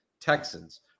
Texans